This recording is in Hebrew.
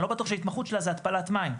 ואני לא בטוח שההתמחות שלה זה התפלת מים.